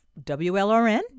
WLRN